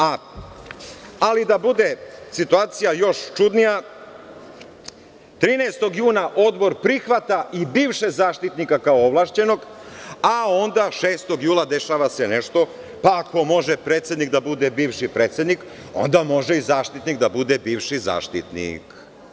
Ali, da bude situacija još čudnija, 13. juna Odbor prihvata i bivšeg Zaštitnika kao ovlašćenog, a onda 6. jula dešava se nešto, pa ako može predsednik da bude bivši predsednik, onda može i Zaštitnik da bude bivši Zaštitnik.